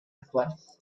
actuales